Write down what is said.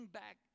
back